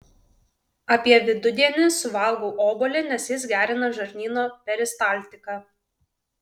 apie vidudienį suvalgau obuolį nes jis gerina žarnyno peristaltiką